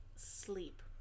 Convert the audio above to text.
Sleep